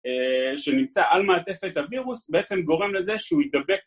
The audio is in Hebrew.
שנמצא על מעטפת הווירוס בעצם גורם לזה שהוא ידבק